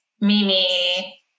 Mimi